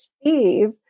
Steve